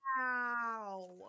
Wow